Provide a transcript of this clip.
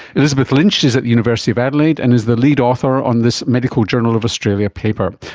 elizabeth lynch is at the university of adelaide and is the lead author on this medical journal of australia paper.